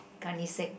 gunny sack